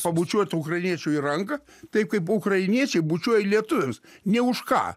pabučiuot ukrainiečių į ranką taip kaip ukrainiečiai bučiuoja lietuviams ne už ką